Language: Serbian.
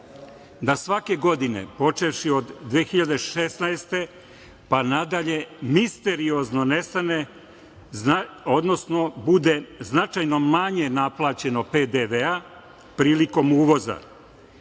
da svake godine, počevši od 2016, pa nadalje, misteriozno nestane, odnosno bude značajno manje naplaćeno PDV-a prilikom uvoza.